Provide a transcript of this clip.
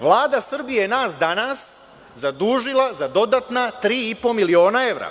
Vlada Srbije je nas danas zadužila za dodatna tri i po miliona evra.